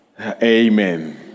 Amen